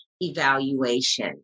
evaluation